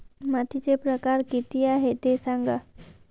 मातीचे प्रकार किती आहे ते सांगा